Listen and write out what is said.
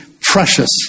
precious